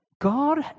God